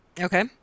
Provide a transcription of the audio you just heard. Okay